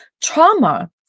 trauma